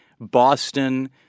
Boston